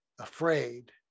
afraid